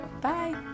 bye